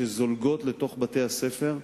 שזולגות לתוך בתי-הספר.